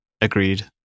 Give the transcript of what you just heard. agreed